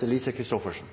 det forslaget hun refererte.